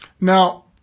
Now